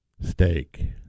steak